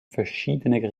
verschiedene